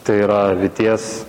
tai yra vyties